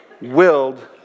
willed